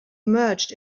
emerged